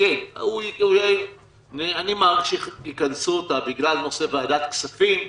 אני מעריך שיכנסו אותה, בגלל נושא ועדת הכספים,